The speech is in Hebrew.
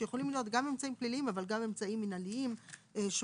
שיכולים להיות גם אמצעים פליליים אבל גם אמצעים מינהליים שונים?